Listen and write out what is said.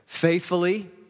faithfully